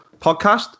podcast